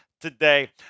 today